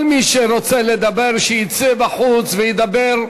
כל מי שרוצה לדבר, שיצא בחוץ וידבר.